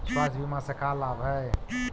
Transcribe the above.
स्वास्थ्य बीमा से का लाभ है?